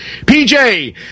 PJ